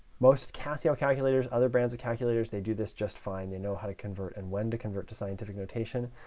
most casio calculators, other brands of calculators, they do this just fine. they know how to convert and when to convert to scientific notation.